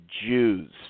Jews